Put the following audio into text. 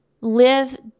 live